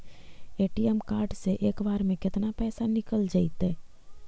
ATM card से एक बार में केतना पैसा निकल जइतै?